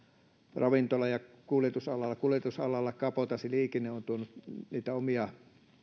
ravintola ja kuljetusalalla kuljetusalalla kabotaasiliikenne on tuonut omia